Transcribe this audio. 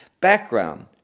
background